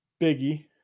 Biggie